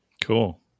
cool